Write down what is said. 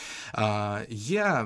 a jie